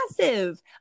massive